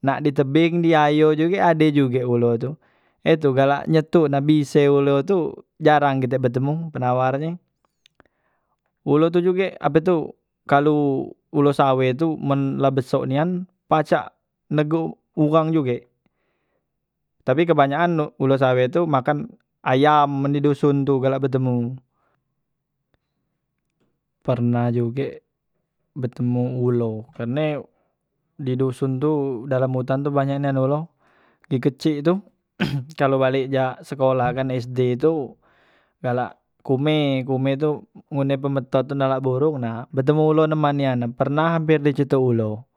nak di tebing di ayo juge ade juge ulo tu, he tu galak nyetok na bise ulo tu jarang kite betemu penawar nye ulo tu juge ape tu kalu ulo saweh tu men la besok nian pacak negok uwang juge tapi kebanyakan ulo sawe tu makan ayam men di doson tu galak betemu, pernah juge betemu ulo karne di doson tu dalam utan tu banyak nian ulo, gi kecik tu kalo balek jak sekolah jaman sd tu galak kehumeh, kehumeh tu ngunde pembentot nde la borong nah betemu ulo neman nian, nah pernah hamper di cetok ulo.